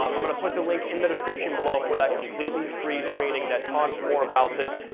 um i'm gonna put the link in the description below for that completely free training that talks more about this,